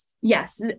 Yes